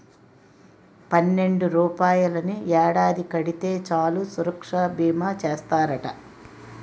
పన్నెండు రూపాయలని ఏడాది కడితే చాలు సురక్షా బీమా చేస్తారట